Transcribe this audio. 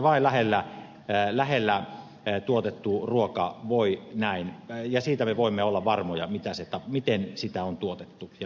vain lähellä täällä heillä ei tuotettuun ruokaan voi näin tuotetusta ruuasta me voimme olla varmoja miten sitä on tuotettu ja mitä se sisällään pitää